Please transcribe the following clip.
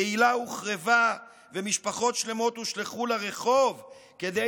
קהילה הוחרבה ומשפחות שלמות הושלכו לרחוב כדי